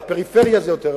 והפריפריה זה יותר,